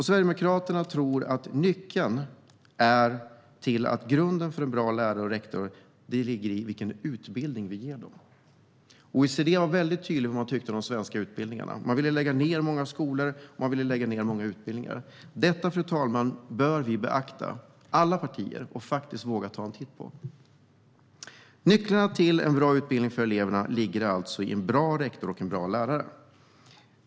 Sverigedemokraterna tror att nyckeln till grunden för en bra lärare och rektor ligger i utbildningen. OECD har varit mycket tydligt i vad man tycker om de svenska utbildningarna. Man vill lägga ned många skolor och många utbildningar. Detta, fru talman, bör alla partier beakta och faktiskt våga titta på. Nyckeln till en bra utbildning för eleverna ligger alltså i en bra rektor och en bra lärare.